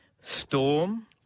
Storm